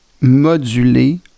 moduler